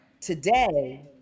today